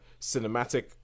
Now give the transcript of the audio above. cinematic